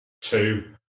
two